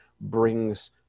brings